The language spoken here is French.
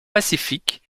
pacifiste